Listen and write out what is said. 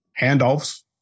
Handoffs